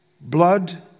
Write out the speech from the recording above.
Blood